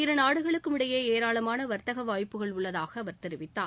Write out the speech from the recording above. இருநாடுகளுக்கும் இடையே ஏராளமான வர்த்தக வாய்ப்புகள் உள்ளதாக அவர் தெரிவித்தார்